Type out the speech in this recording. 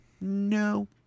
No